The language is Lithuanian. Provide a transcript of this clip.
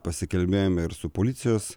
pasikalbėjome ir su policijos